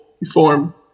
reform